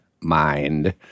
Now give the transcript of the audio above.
mind